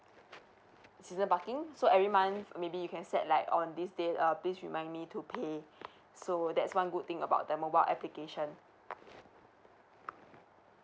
season parking so every month maybe you can set like on this date um please remind me to pay so that's one good thing about the mobile application